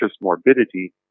morbidity